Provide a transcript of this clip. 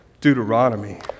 Deuteronomy